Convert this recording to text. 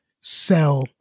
sell